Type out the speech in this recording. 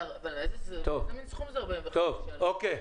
איזה מין סכום זה, 45,000 שקלים?